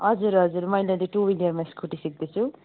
हजुर हजुर मैले अहिले टु ह्विलरमा स्कुटी सिक्दैछु